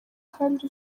kandi